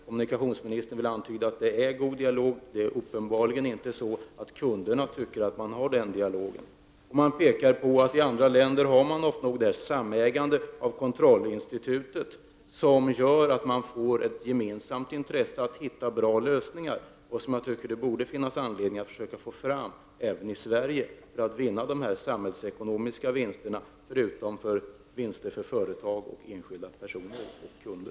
Kommunikationsministern har velat antyda att dialogen har varit god, men uppenbarligen tycker inte kunderna så. Det har påpekats att man i andra länder ofta har ett samägande av kontrollinstitutet, vilket gör att man har ett gemensamt intresse av att finna bra lösningar. Jag tycker att det finns anledning att även i Sverige försöka få fram ett sådant för att nå dessa samhällsekonomiska vinster förutom de vinster detta skulle ge företag, kunder och enskilda personer.